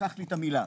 לקחת לי את המילה.